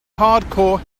hardcore